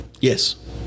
yes